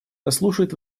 заслушает